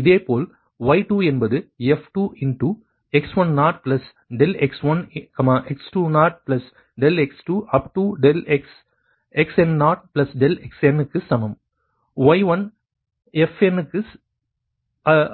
இதேபோல் y2 என்பது f2x10∆x1 x20∆x2up to xn0∆xn க்கு சமம் yn fn க்கு